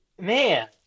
Man